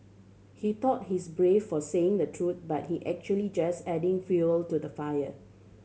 he thought he's brave for saying the truth but he actually just adding fuel to the fire